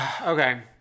Okay